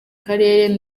karere